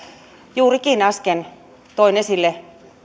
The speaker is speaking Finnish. juurikin äsken toin esille